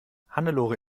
hannelore